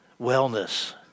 wellness